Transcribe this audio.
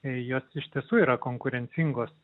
jos iš tiesų yra konkurencingos